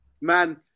man